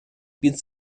під